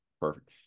perfect